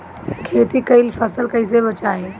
खेती कईल फसल कैसे बचाई?